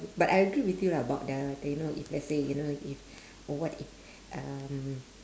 but I agree with you lah about the you know if let's say you know if what if um